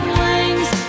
wings